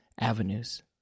avenues